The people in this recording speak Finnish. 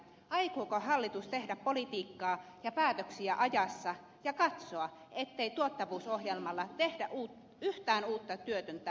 aikooko hallitus tehdä politiikkaa ja päätöksiä ajassa ja katsoa ettei tuottavuusohjelmalla tehdä yhtään uutta työtöntä valtion leivistä